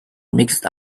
mixed